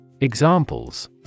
Examples